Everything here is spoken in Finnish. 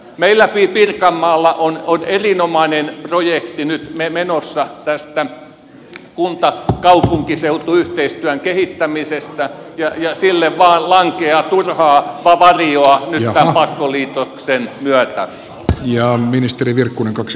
meillä pirkanmaalla on erinomainen projekti nyt menossa tästä kuntakaupunkiseutu yhteistyön kehittämisestä ja sille vain lankeaa turhaa varjoa nyt tämän pakkoliitoksen myötä ja on ministeri virkkunen kaks